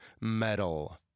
Metal